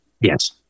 Yes